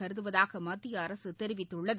கருதுவதாக மத்திய அரசு தெரிவித்துள்ளது